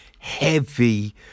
Heavy